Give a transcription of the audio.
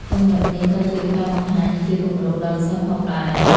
ចំណុចនេះក៏ជាការបង្ហាញជាគំរូដល់សិស្សផងដែរ។